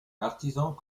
artisans